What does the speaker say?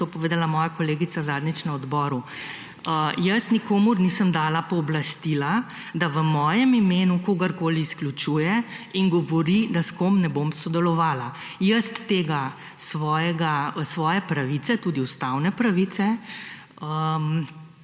to povedala moja kolegica zadnjič na odboru. Jaz nikomur nisem dala pooblastila, da v mojem imenu kogarkoli izključuje in govori, da s kom ne bom sodelovala. Jaz tega svojega, svoje pravice, tudi ustavne pravice,